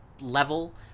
level